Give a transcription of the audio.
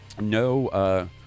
no